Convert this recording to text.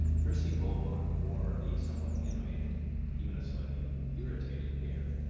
percy beaumont wore a somewhat animated even a slightly irritated air.